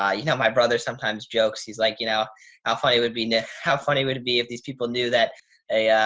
ah you know, my brother sometimes jokes, he's like, you know how funny it would be, nick? how funny would it be if these people knew that a, yeah